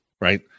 right